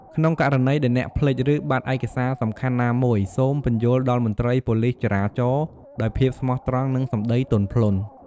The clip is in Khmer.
ក្នុងករណីដែលអ្នកភ្លេច ឬបាត់ឯកសារសំខាន់ណាមួយ សូម ពន្យល់ដល់មន្ត្រីប៉ូលិសចរាចរណ៍ដោយភាពស្មោះត្រង់ និងសំដីទន់ភ្លន់។